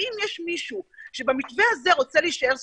אם יש מישהו שבמתווה הזה רוצה להישאר סגור,